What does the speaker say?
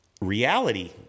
reality